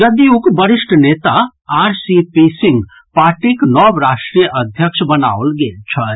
जदयूक वरिष्ठ नेता आर सी पी सिंह पार्टीक नव राष्ट्रीय अध्यक्ष बनाओल गेल छथि